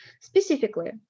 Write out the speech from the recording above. Specifically